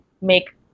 make